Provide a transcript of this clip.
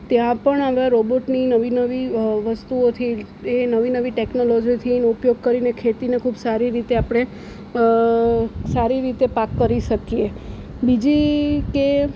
ત્યાં પણ આવા રોબોટની નવી નવી વસ્તુઓથી એ નવી નવી ટેકનોલોજીથી ઉપયોગ કરીને ખેતીને ખૂબ સારી રીતે આપણે સારી રીતે પાક કરી શકીએ બીજી કે